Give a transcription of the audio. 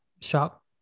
shop